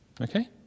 Okay